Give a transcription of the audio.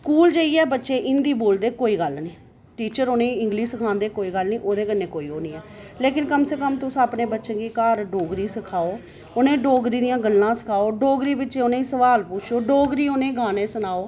school जाइयै बच्चे हिंदी बोलदे कोई गल्ल नेईं टीचर उ'नेंगी इंगलिश सखांदे ओह् कोई गल्ल निं ओह्दे कन्नै कोई निं ऐ लोकिन कम से कम तुस घर अपने बच्चें गी डोगरी ते सिखाओ उनेंगी डोगरी च गल्लां सनाओ जडोगरी च उनेंगी सोआल पुच्छो ते डोगरी दे उनेंगी गाने सनाओ